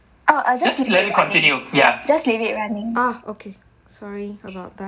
ah I'll just just let me continue ya just leave it running ah okay sorry about that